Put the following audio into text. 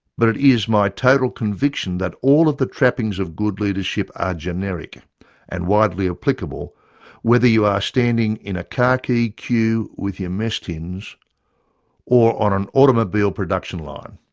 but it is my total conviction that all of the trappings of good leadership are generic and widely applicable whether you are standing in a khaki queue with your mess tins or on an automobile production line.